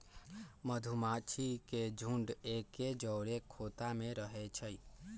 मधूमाछि के झुंड एके जौरे ख़ोता में रहै छइ